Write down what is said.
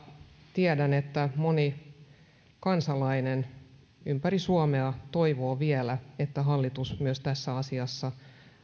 tiedän että moni kansalainen ympäri suomea toivoo vielä että hallitus myös tässä asiassa